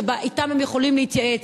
שאתם הם יכולים להתייעץ.